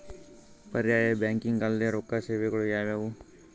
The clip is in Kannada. ಪರ್ಯಾಯ ಬ್ಯಾಂಕಿಂಗ್ ಅಲ್ದೇ ರೊಕ್ಕ ಸೇವೆಗಳು ಯಾವ್ಯಾವು?